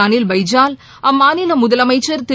அனில் பைஜால் அம்மாநில முதலமைச்சா் திரு